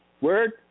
Word